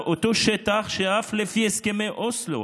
אותו שטח שאף לפי הסכמי אוסלו